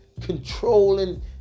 controlling